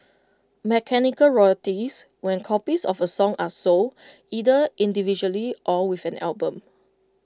mechanical royalties when copies of A song are sold either individually or with an album